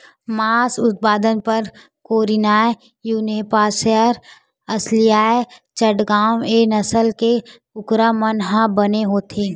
मांस उत्पादन बर कोरनिलए न्यूहेपसायर, असीलए चटगाँव ए नसल के कुकरा मन ह बने होथे